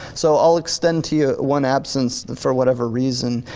so i'll extend to you one absence for whatever reason.